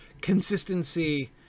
consistency